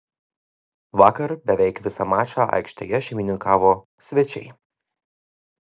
vakar beveik visą mačą aikštėje šeimininkavo svečiai